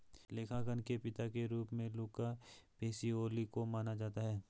लेखांकन के पिता के रूप में लुका पैसिओली को माना जाता है